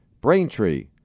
Braintree